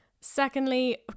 Secondly